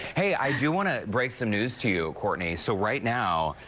hey, i do want to break some news to you, courtney. so right now,